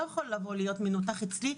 לא יכול לבוא להיות מנותח אצלי.